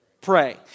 pray